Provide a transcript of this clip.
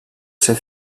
ser